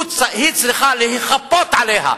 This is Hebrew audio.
היא צריכה להיכפות עליה.